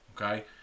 Okay